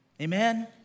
Amen